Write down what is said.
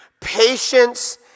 patience